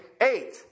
eight